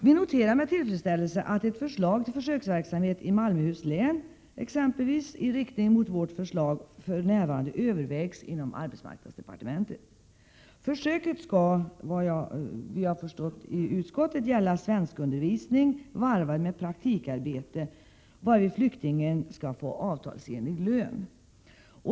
Vi noterar med tillfredsställelse att ett förslag till försöksverksamhet i exempelvis Malmöhus läni riktning mot vårt förslag för närvarande övervägs inom arbetsmarknadsdepartementet. Försöket skall — det har vi förstått i utskottet — gälla svenskundervisning varvad med praktikarbete, varvid flyktingen skall få avtalsenlig lön.